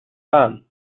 baan